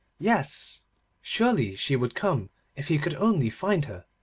yes surely she would come if he could only find her!